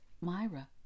Myra